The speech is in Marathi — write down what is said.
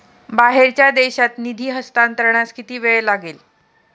बाहेरच्या देशात निधी हस्तांतरणास किती वेळ लागेल?